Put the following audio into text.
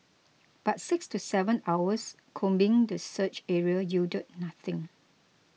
but six to seven hours combing the search area yielded nothing